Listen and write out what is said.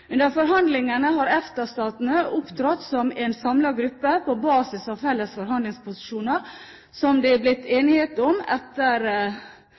Under forhandlingene har EFTA-statene opptrådt som en samlet gruppe på basis av felles forhandlingsposisjoner, som det er blitt enighet om etter